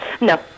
No